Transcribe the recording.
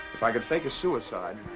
if i could fake a suicide,